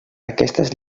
aquestes